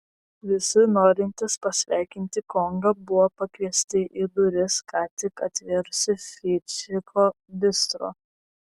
visi norintys pasveikinti kongą buvo pakviesti į duris ką tik atvėrusį frydricho bistro